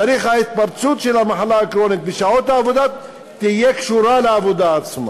צריך שההתפרצות של המחלה שקורית בשעות העבודה תהיה קשורה לעבודה עצמה.